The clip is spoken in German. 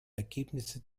ergebnisse